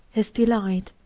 his delight.